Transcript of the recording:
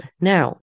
Now